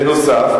בנוסף,